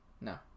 No